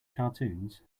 cartoons